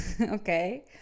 Okay